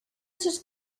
sus